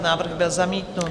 Návrh byl zamítnut.